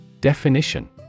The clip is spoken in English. Definition